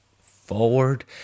forward